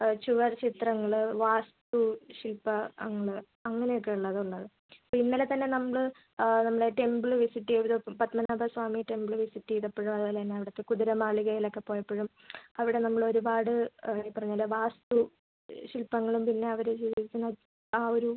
ചുവർ ചിത്രങ്ങൾ വാസ്തു ശില്പങ്ങൾ അങ്ങനെ ഒക്കെ ഉള്ളത് ഉള്ളത് ഇപ്പോൾ ഇന്നലെ തന്നെ നമ്മൾ നമ്മളെ ടെമ്പിൾ വിസിറ്റ് ചെയ്ത് പത്മനാഭസ്വാമി ടെമ്പിൾ വിസിറ്റ് ചെയ്തപ്പഴും അതുപോലെ തന്നെ അവിടത്തെ കുതിര മാളികയിലൊക്കെ പോയപ്പോഴും അവിടെ നമ്മൾ ഒരുപാട് ഈ പറഞ്ഞതുപോലെ വാസ്തു ശില്പങ്ങളും പിന്നെ അവർ ഉപയോഗിക്കുന്ന ആ ഒരു